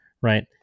Right